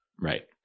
right